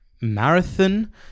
Marathon